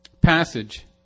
passage